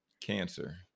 cancer